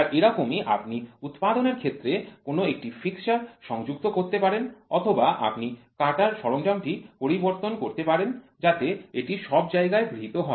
আর এরকমই আপনি উৎপাদনের ক্ষেত্রে কোন একটি ফিক্সচার সংযুক্ত করতে পারেন অথবা আপনি কাটার সরঞ্জাম টি পরিবর্তন করতে পারেন যাতে এটি সব জায়গায় গৃহীত হয়